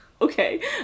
okay